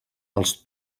els